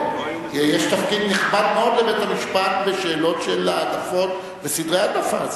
יש תפקיד נכבד מאוד לבית-המשפט בשאלות של העדפות וסדרי העדפה.